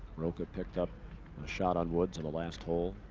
rocca picked up a shot on woods on the last hole.